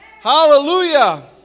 Hallelujah